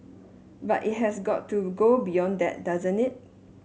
but it has got to go beyond that doesn't it